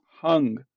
hung